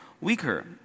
weaker